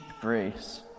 grace